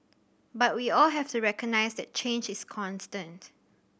but we all have to recognise that change is constant